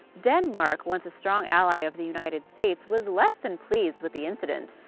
denmark, once a strong ally of the united states, was less than pleased with the incident.